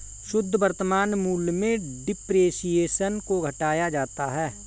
शुद्ध वर्तमान मूल्य में डेप्रिसिएशन को घटाया जाता है